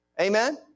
Amen